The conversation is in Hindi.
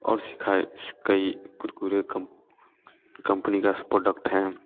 और शिखाई कई कुरकुरे कॉम कम्पनी का प्रोडक्ट है